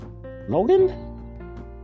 Logan